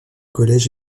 collège